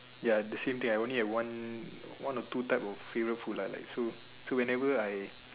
ya the same thing I only have one one or two type of favourite food lah like so so whenever I